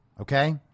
Okay